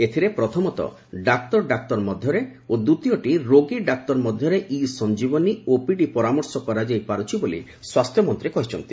ଏଥିରେ ପ୍ରଥମତଃ ଡାକ୍ତର ଡାକ୍ତର ମଧ୍ୟରେ ଓ ଦ୍ୱିତୀୟଟି ରୋଗୀ ଡାକ୍ତର ମଧ୍ୟରେ ଇ ସଞ୍ଜିବନୀ ଓପିଡି ପରାମର୍ଶ କରାଯାଇ ପାରୁଛି ବୋଲି ସ୍ୱାସ୍ଥ୍ୟମନ୍ତ୍ରୀ କହିଛନ୍ତି